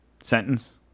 sentence